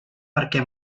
perquè